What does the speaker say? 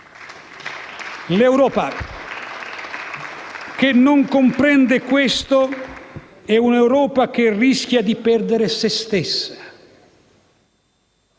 L'Europa che non comprende questo è un' Europa che rischia di perdere se stessa.